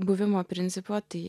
buvimo principo tai